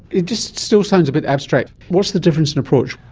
it just still sounds a bit abstract. what's the difference in approach?